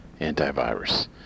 antivirus